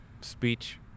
speech